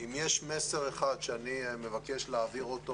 אם יש מסר אחד שאני מבקש להעביר אותו